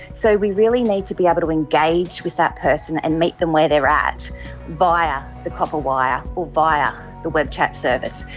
so we really need to be able to engage with that person and meet them where they are at via the copper wire or via the web chat service.